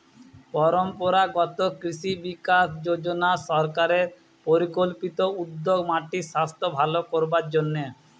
পরম্পরাগত কৃষি বিকাশ যজনা সরকারের পরিকল্পিত উদ্যোগ মাটির সাস্থ ভালো করবার জন্যে